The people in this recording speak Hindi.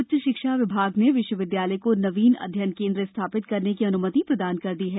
उच्च शिक्षा विभाग ने विश्वविद्यालय को नवीन अध्ययन केन्द्र स्थापित करने की अनुमति प्रदान कर दी है